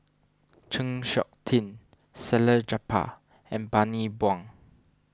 Chng Seok Tin Salleh Japar and Bani Buang